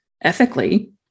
ethically